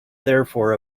therefore